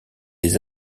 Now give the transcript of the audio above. les